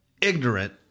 ignorant